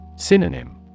Synonym